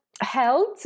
held